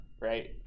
Right